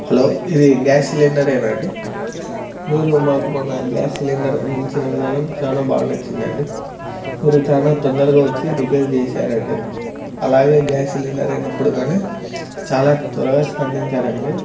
hello ఇది gas సిలిండరేనాండి మీరు మాకు మొన్న గ్యాస్ సిలిండర్ అందించిన విధానం చాలా బాగా నచ్చిందండి మీరు చాలా తొందరగా వచ్చి రిపేర్ చేశారండి అలాగే గ్యాస్ సిలిండర్ లేనప్పుడు కానీ చాలా త్వరగా స్పందించారండి